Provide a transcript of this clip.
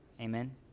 Amen